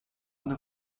eine